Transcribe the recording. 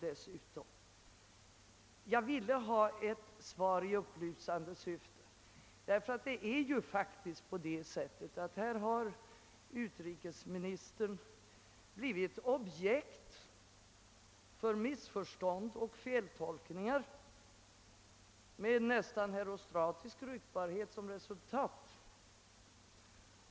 Jag ville ha ett svar »i upplysande syfte», eftersom utrikesministern faktiskt har blivit objekt för missförstånd och feltolkningar med en nästan hero stratisk ryktbarhet som resultat.